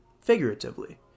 figuratively